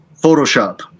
Photoshop